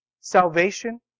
Salvation